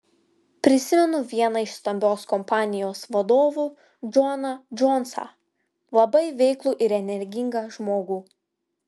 prisimenu vieną iš stambios kompanijos vadovų džoną džonsą labai veiklų ir energingą žmogų